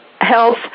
health